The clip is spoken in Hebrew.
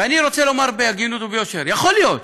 ואני רוצה לומר בהגינות וביושר: יכול להיות,